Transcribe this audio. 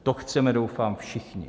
To chceme doufám všichni.